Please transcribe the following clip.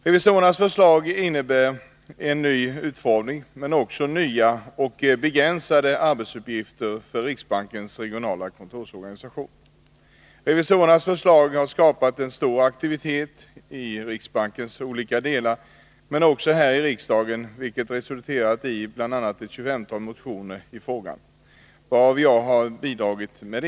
Revisorernas förslag innebär en ny utformning men också nya och begränsade arbetsuppgifter för riksbankens regionala kontorsorganisation. Revisorernas förslag har skapat stor aktivitet i riksbankens olika delar men också här i riksdagen, vilket resulterat i bl.a. ett 25-tal motioner i frågan, av vilka jag har bidragit med en.